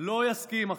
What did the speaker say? לא יסכים עכשיו,